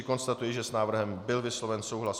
Konstatuji, že s návrhem byl vysloven souhlas.